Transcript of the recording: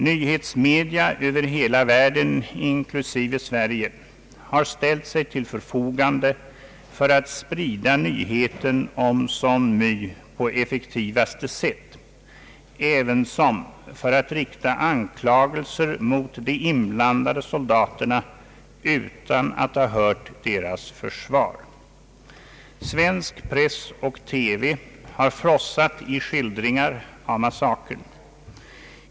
Nyhetsmedia över hela världen, inklusive Sverige, har ställt sig till förfogande för att sprida nyheten om Song My på effektivaste sätt ävensom för att rikta anklagelser mot de inblandade soldaterna utan att ha hört deras försvar. Svensk press och TV har frossat i skildringar av massakern.